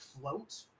float